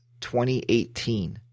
2018